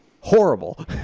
horrible